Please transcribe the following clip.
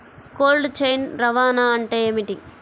Cold chain రవాణా అంటే ఏమిటీ?